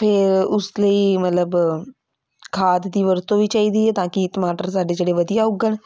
ਫਿਰ ਉਸ ਲਈ ਮਤਲਬ ਖਾਦ ਦੀ ਵਰਤੋਂ ਵੀ ਚਾਹੀਦੀ ਹੈ ਤਾਂ ਕਿ ਟਮਾਟਰ ਸਾਡੇ ਜਿਹੜੇ ਵਧੀਆ ਉੱਗਣ